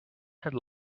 had